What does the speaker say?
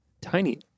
tiny